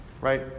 right